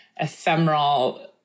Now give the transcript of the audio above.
ephemeral